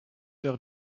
wäre